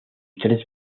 tres